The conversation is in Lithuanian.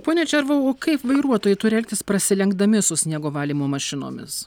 pone červau kaip vairuotojai turi elgtis prasilenkdami su sniego valymo mašinomis